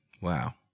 Wow